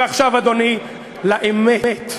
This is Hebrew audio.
ועכשיו, אדוני, לאמת,